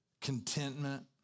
contentment